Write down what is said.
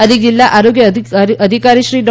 અધિક જિલ્લા આરોગ્ય અધિકારીશ્રી ડો